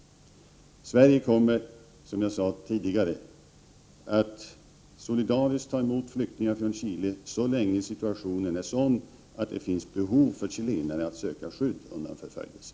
Sverige kommer, som jag sade tidigare, att solidariskt ta emot flyktingar från Chile så länge situationen är sådan att det finns behov för chilenare att söka skydd undan förföljelsen.